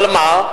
אבל מה,